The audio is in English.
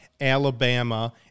Alabama